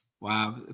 Wow